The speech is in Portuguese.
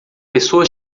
pessoa